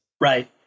right